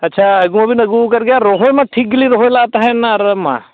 ᱟᱪᱪᱷᱟ ᱟᱹᱜᱩ ᱦᱚᱸ ᱵᱤᱱ ᱟᱹᱜᱩ ᱟᱠᱟᱫ ᱜᱮᱭᱟ ᱨᱚᱦᱚᱭᱢᱟ ᱴᱷᱤᱠ ᱜᱮᱞᱤᱧ ᱨᱚᱦᱚᱭ ᱞᱮᱫ ᱛᱟᱦᱮᱱᱟ ᱟᱨ ᱢᱟ